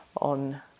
on